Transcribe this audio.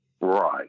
Right